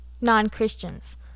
non-Christians